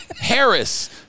Harris